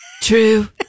True